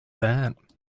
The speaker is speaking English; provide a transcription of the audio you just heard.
that